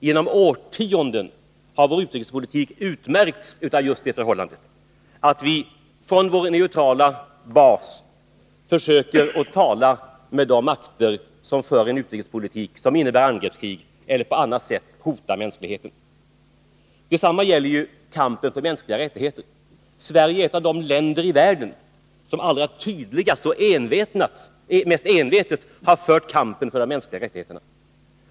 Genom årtionden har vår utrikespolitik utmärkts just av att vi från neutral bas försöker tala med de makter som för en utrikespolitik som innebär angreppskrig eller på annat sätt hotar mänskligheten. Detsamma gäller kampen för mänskliga rättigheter. Sverige är ett av de länder i världen som allra tydligast och mest envetet har fört kampen för mänskliga rättigheter.